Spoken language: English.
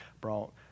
brought